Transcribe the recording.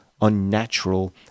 unnatural